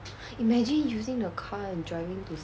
imagine using your car and driving to